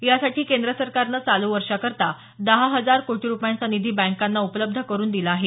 यासाठी केंद्र सरकारनं चालू वर्षाकरता दहा हजार कोटी रूपयांचा निधी बँकांना उपलब्ध करून दिला आहे